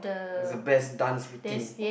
was a best dance routine